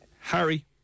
Harry